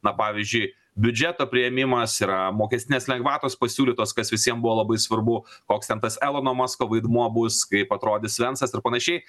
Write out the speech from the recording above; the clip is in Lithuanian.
na pavyzdžiui biudžeto priėmimas yra mokestinės lengvatos pasiūlytos kas visiem buvo labai svarbu koks ten tas elono masko vaidmuo bus kaip atrodys vensas ir panašiai